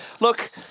look